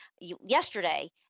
yesterday